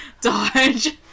dodge